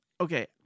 Okay